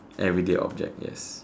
everyday object yes